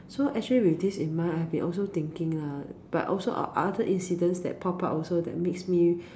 so actually with this in mind I've been also thinking lah but also oth~ other incidents that pop up also that makes me